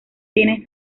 tiene